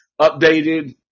updated